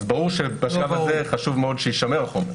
אז ברור שבשלב הזה חשוב מאוד שיישמר החומר.